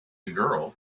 girl